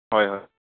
ꯍꯣꯏ ꯍꯣꯏ